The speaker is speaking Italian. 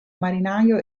marinaio